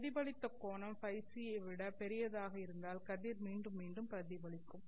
பிரதிபலித்த கோணம் Фc விட பெரியதாக இருந்தால் கதிர் மீண்டும் மீண்டும் பிரதிபலிக்கும்